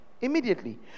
immediately